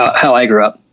how i grew up.